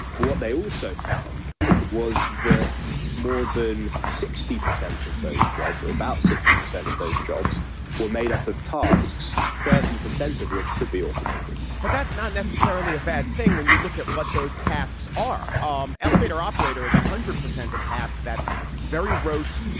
what they also found was that more than sixty percent of those jobs, or about sixty percent of those jobs were made up of tasks, thirty percent of which could be automated but that's not necessarily a. that thing when you look at what those tasks are, um elevator operator is one hundred percent a task that's very rote,